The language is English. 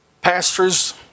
pastors